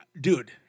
dude